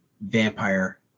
vampire